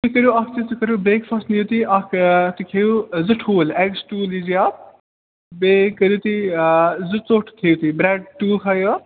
تُہۍ کٔریٛو اَکھ چیٖز تُہۍ کٔریو برٛیک فاسٹہٕ نِیُو تُہۍ اَکھ ٲں تُہۍ کھیٚیُو زٕ ٹھوٗل ایٚگٕس ٹوٗ لیجیے آپ بیٚیہِ کٔریٛو تُہۍ ٲں زٕ ژوٚٹ کھیٚیُو تُہۍ برٛیٚڈ ٹوٗ کھاییے آپ